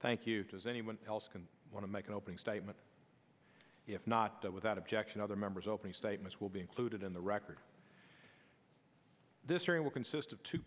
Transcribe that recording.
thank you as anyone else can want to make an opening statement if not without objection other members opening statements will be included in the record this hearing will consist of two